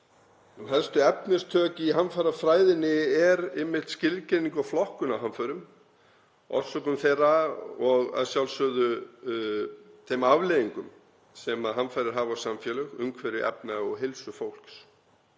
Helstu efnistök í hamfarafræðinni eru einmitt skilgreining og flokkun á hamförum, orsökum þeirra og að sjálfsögðu þeim afleiðingum sem hamfarir hafa á samfélög, umhverfi, efnahag og heilsu fólks.